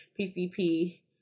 PCP